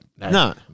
No